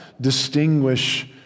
distinguish